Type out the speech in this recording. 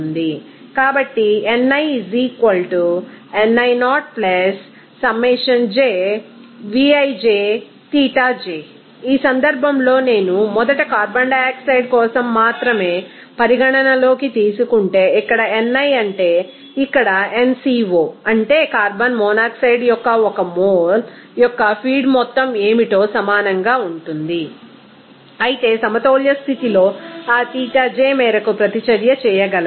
కాబట్టి ఈ సందర్భంలో నేను మొదట కార్బన్ మోనాక్సైడ్ కోసం మాత్రమే పరిగణనలోకి తీసుకుంటే ఇక్కడ ni అంటే ఇక్కడ nCO అంటే కార్బన్ మోనాక్సైడ్ యొక్క ఈ 1 మోల్ యొక్క ఫీడ్ మొత్తం ఏమిటో సమానంగా ఉంటుంది అయితే సమతౌల్య స్థితిలో ఆ ξi మేరకు ప్రతిచర్యచేయగలదు